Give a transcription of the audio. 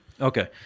okay